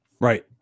Right